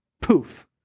Poof